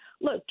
look